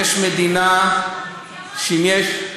יש מדינה, מי אמר את זה?